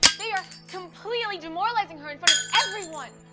they are completely demoralizing her in front of everyone.